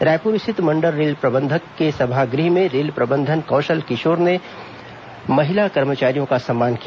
रायपुर स्थित मंडल रेल प्रबंधक के सभागृह में रेल प्रबंधन कौशल किशोर ने महिला कर्मचारियों का सम्मान किया